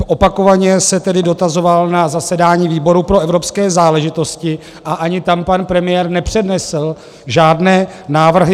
Opakovaně se tedy dotazoval na zasedání výboru pro evropské záležitosti a ani tam pan premiér nepřednesl žádné návrhy.